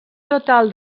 total